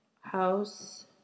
house